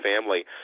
family